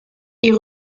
est